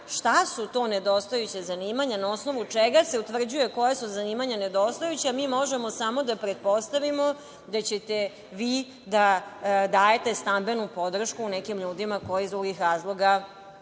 šta su to nedostajuća zanimanja, na osnovu čega se utvrđuje koja su zanimanja nedostajuća, mi možemo samo da pretpostavimo da ćete vi da dajete stambenu podršku nekim ljudima koje iz drugih razloga